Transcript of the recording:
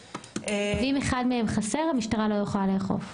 ואם אחד מהם חסר המשטרה לא יכולה לאכוף.